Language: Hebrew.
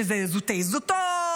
שזו זוטי-זוטות,